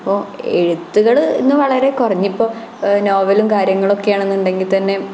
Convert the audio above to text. അപ്പോൾ എഴുത്തുകൾ ഇന്ന് വളരെ കുറഞ്ഞു ഇപ്പം നോവലും കാര്യങ്ങളൊക്കെയാണെന്നുണ്ടെങ്കിൽ തന്നെ